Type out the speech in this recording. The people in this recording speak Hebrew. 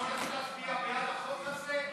את הולכת להצביע בעד החוק הזה?